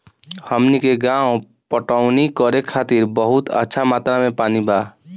हमनी के गांवे पटवनी करे खातिर बहुत अच्छा मात्रा में पानी बा